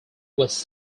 was